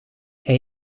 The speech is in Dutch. hij